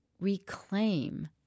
reclaim